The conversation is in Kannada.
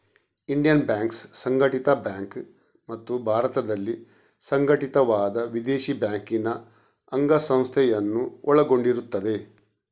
ಇಂಡಿಯನ್ ಬ್ಯಾಂಕ್ಸ್ ಸಂಘಟಿತ ಬ್ಯಾಂಕ್ ಮತ್ತು ಭಾರತದಲ್ಲಿ ಸಂಘಟಿತವಾದ ವಿದೇಶಿ ಬ್ಯಾಂಕಿನ ಅಂಗಸಂಸ್ಥೆಯನ್ನು ಒಳಗೊಂಡಿರುತ್ತದೆ